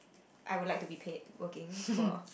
I would like to be paid working for